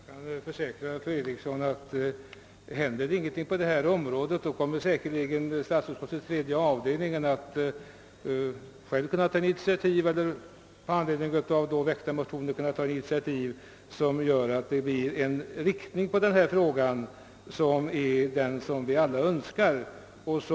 Herr talman! Jag kan försäkra fru Eriksson i Stockholm att om ingenting händer på detta område kommer säkerligen statsutskottets tredje avdelning att med anledning av väckta motioner kunna ta initiativ som ger utvecklingen i detta avseende den riktning som vi alla önskar.